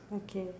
okay